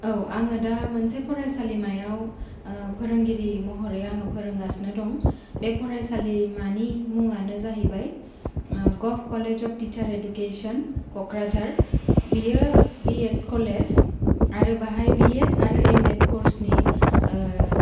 औ आङो दा मोनसे फरायसालिमायाव फोरोंगिरि महरै आङो फोरोंगासिनो दं बे फरायसालिमानि मुङानो जाहैबाय gov college of teacher education Kokrajhar बियो बि एड कलेज आरो बाहाय बि एड आरो एम एड कर्सनि